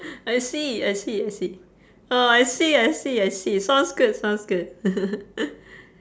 I see I see I see oh I see I see I see sounds good sounds good